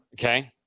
okay